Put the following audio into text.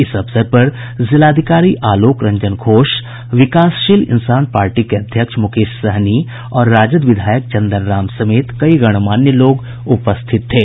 इस अवसर पर जिलाधिकारी अलोक रंजन घोष विकासशील इंसान पार्टी के अध्यक्ष मुकेश सहनी और राजद विधायक चंदन राम समेत कई गणमान्य लोग उपस्थित थे